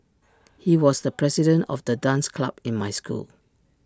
he was the president of the dance club in my school